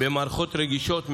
במערכות רגישות מאוד,